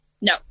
No